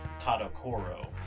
Tadokoro